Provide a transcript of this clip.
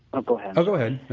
go ahead oh, go ahead,